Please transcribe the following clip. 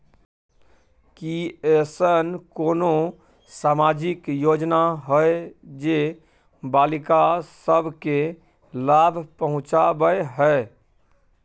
की ऐसन कोनो सामाजिक योजना हय जे बालिका सब के लाभ पहुँचाबय हय?